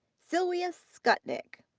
sylwia skutnik.